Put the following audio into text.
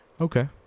Okay